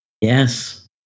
Yes